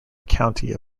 county